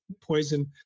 poison